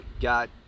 got